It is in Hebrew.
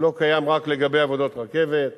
הוא לא קיים רק לגבי עבודות רכבת,